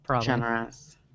Generous